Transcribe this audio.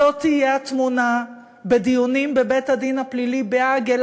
זאת תהיה התמונה בדיונים בבית-הדין הפלילי בהאג,